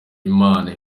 imana